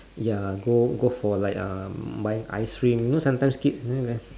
ya go go for like um buying ice cream you know sometimes kids